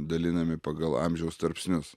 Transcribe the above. dalinami pagal amžiaus tarpsnius